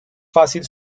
fácil